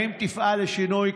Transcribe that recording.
2. האם תפעל לשינוי,